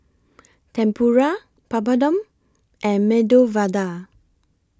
Tempura Papadum and Medu Vada